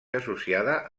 associada